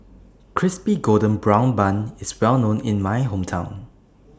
Crispy Golden Brown Bun IS Well known in My Hometown